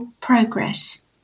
progress